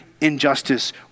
injustice